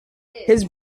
his